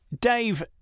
Dave